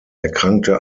erkrankte